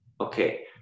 okay